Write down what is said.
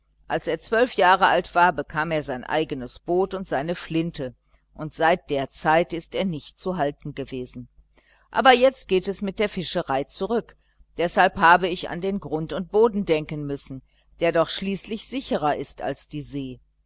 als er zwölf jahre alt war bekam er sein eigenes boot und seine flinte und seit der zeit ist er nicht zu halten gewesen aber jetzt geht es mit der fischerei zurück deshalb habe ich an den grund und boden denken müssen der doch schließlich sicherer ist als die see